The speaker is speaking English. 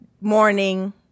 morning